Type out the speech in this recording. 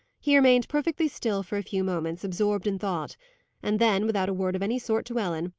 he remained perfectly still for a few moments, absorbed in thought and then, without a word of any sort to ellen,